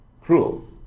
cruel